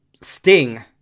sting